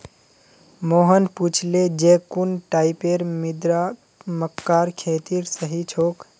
मोहन पूछले जे कुन टाइपेर मृदा मक्कार खेतीर सही छोक?